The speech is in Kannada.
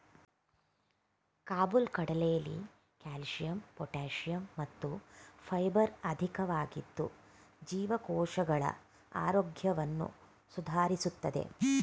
ಕಾಬುಲ್ ಕಡಲೆಲಿ ಕ್ಯಾಲ್ಶಿಯಂ ಪೊಟಾಶಿಯಂ ಮತ್ತು ಫೈಬರ್ ಅಧಿಕವಾಗಿದ್ದು ಜೀವಕೋಶಗಳ ಆರೋಗ್ಯವನ್ನು ಸುಧಾರಿಸ್ತದೆ